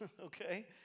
Okay